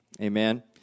Amen